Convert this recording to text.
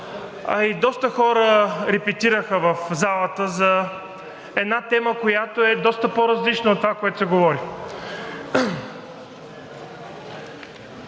а и доста хора репетираха в залата, за една тема, която е доста по-различна от това, което се говори.